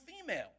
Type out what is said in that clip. female